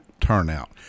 turnout